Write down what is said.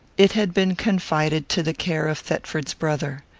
it had been confided to the care of thetford's brother.